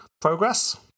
Progress